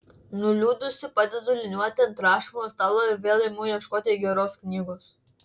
nuliūdusi padedu liniuotę ant rašomojo stalo ir vėl imu ieškoti geros knygos